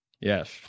Yes